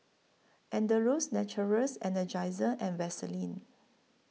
Andalou Naturals Energizer and Vaseline